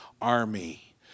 army